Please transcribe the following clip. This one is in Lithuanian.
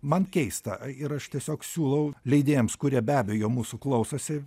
man keista ir aš tiesiog siūlau leidėjams kurie be abejo mūsų klausosi